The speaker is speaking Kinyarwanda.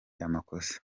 amakosa